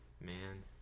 man